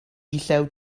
llew